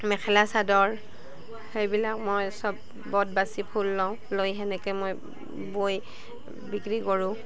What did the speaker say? মেখেলা চাদৰ সেইবিলাক মই চব ব'ত বাচি ফুল লওঁ লৈ সেনেকৈ মই বৈ বিক্ৰী কৰোঁ